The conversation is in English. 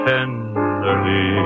Tenderly